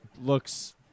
looks